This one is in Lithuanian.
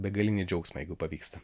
begalinį džiaugsmą jeigu pavyksta